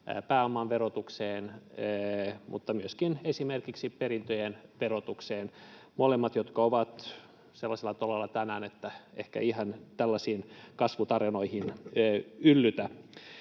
pääoman verotukseen mutta myöskin esimerkiksi perintöjen verotukseen, jotka molemmat ovat sellaisella tolalla tänään, että eivät ehkä ihan tällaisiin kasvutarinoihin yllytä.